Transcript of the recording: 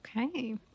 Okay